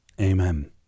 Amen